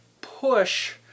push